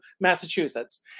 Massachusetts